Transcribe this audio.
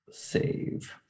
Save